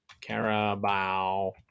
Carabao